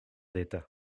d’état